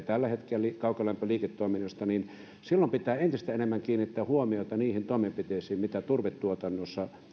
tällä hetkellä neljässäkymmenessä viiva neljässäkymmenessäviidessä prosentissa kaukolämpöliiketoiminnasta niin silloin pitää entistä enemmän kiinnittää huomiota niihin toimenpiteisiin mitä turvetuotannossa